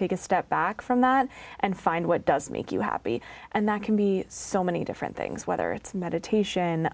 take a step back from that and find what does make you happy and that can be so many different things whether it's meditation